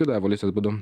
juda evoliucijos būdu